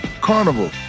Carnival